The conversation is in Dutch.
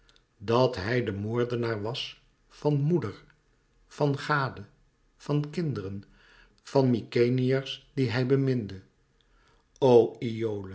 dat hij de moordenaar was van moeder van gade van kinderen van mykenæërs die hij beminde